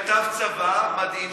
הוא כתב צוואה מדהימה.